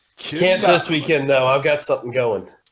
can't last weekend though. i've got something going